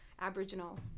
aboriginal